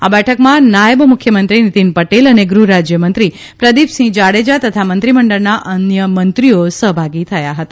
આ બેઠકમાં નાયબ મુખ્યમંત્રી નીતિન પટેલ અને ગૃહરાજ્યમંત્રી પ્રદીપસિંહ જાડેજા તથા મંત્રીમંડળના અન્ય મંત્રીઓ સહભાગી થયા હતા